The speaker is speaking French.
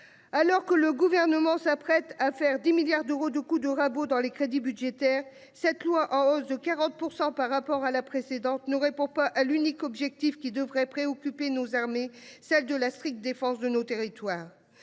Alors que le gouvernement s'apprête à faire 10 milliards d'euros du coup de rabot dans les crédits budgétaires cette loi en hausse de 40% par rapport à la précédente ne répond pas à l'unique objectif qui devrait préoccuper nos armées, celle de la stricte défense de nos territoires.